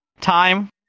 time